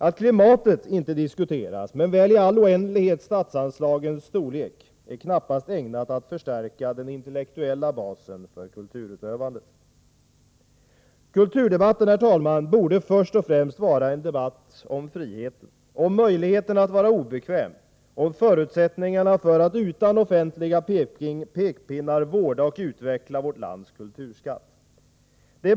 Att klimatet inte diskuteras, men väl i all oändlighet statsanslagens storlek, är knappast ägnat att förstärka den intellektuella basen för kulturutövandet. Kulturdebatten, herr talman, borde först och främst vara en debatt om friheten, om möjligheten att vara obekväm, om förutsättningarna för att utan offentliga pekpinnar vårda och utveckla vårt lands kulturskatt.